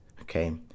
okay